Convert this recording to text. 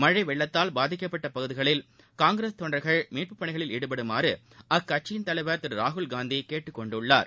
மழைவெள்ளத்தால் பாதிக்கப்பட்டபகுதிகளில் காங்கிரஸ் தொண்டர்கள் மீட்புப் பணிகளில் ஈடுபடுமாறுஅக்கட்சித் தலைவர் திருராகுல்காந்திகேட்டுக் கொண்டுள்ளார்